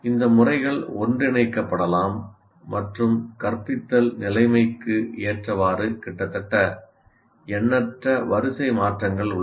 இந்த முறைகள் ஒன்றிணைக்கப்படலாம் மற்றும் கற்பித்தல் நிலைமைக்கு ஏற்றவாறு கிட்டத்தட்ட எண்ணற்ற வரிசைமாற்றங்கள் உள்ளன